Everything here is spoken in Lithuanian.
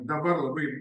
dabar labai